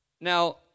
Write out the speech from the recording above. Now